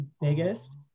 biggest